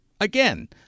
again